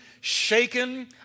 shaken